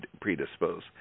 predispose